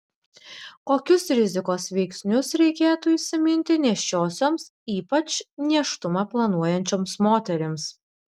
kokius rizikos veiksnius reikėtų įsiminti nėščiosioms ypač nėštumą planuojančioms moterims